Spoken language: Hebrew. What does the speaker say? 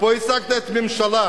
פה ייצגת את הממשלה.